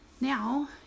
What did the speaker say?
now